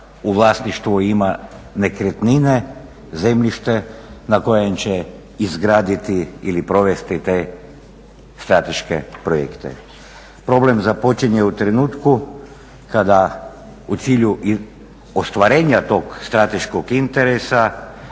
u vlasništvu ima nekretnine, zemljište na kojem će izgraditi ili provesti te strateške projekte. Problem započinje u trenutku kada u cilju ostvarenja tog strateškog interesa